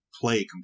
play